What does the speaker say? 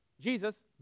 Jesus